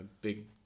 big